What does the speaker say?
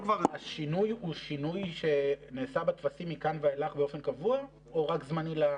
השינוי הוא שינוי שנעשה בטפסים מכאן ואילך באופן קבוע או רק זמני?